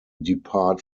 depart